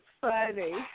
funny